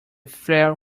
frail